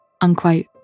unquote